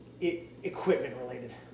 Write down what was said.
equipment-related